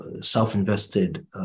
self-invested